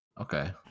Okay